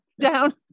down